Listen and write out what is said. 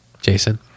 jason